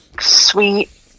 sweet